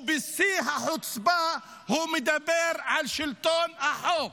ובשיא החוצפה הוא מדבר על שלטון החוק.